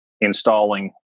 installing